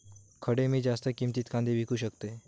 खडे मी जास्त किमतीत कांदे विकू शकतय?